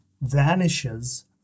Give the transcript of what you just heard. vanishes